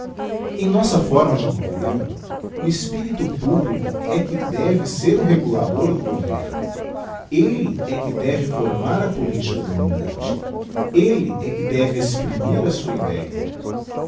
era nossa forma de governo o espirito publico é que deve ser o regulador do governo elle é que deve formar a politica dominante elle é que deve exprimir a bua idéa